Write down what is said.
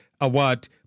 award